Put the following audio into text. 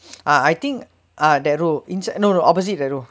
ah I think ah inside no no opposite the road